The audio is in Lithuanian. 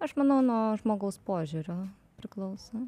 aš manau nuo žmogaus požiūrio priklauso